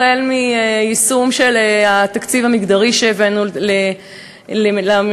החל מיישום של התקציב המגדרי שהבאנו לממשלה,